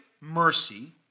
mercy